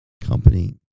company